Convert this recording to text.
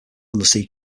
undersea